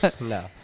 No